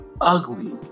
Ugly